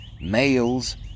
males